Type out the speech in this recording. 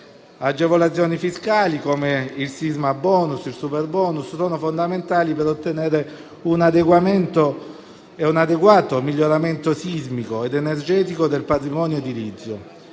Agevolazioni fiscali come il sismabonus e il superbonus sono fondamentali per ottenere un adeguato miglioramento sismico ed energetico del patrimonio edilizio;